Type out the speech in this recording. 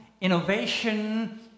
innovation